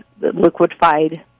liquidified